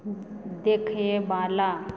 देखयवाला